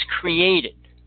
created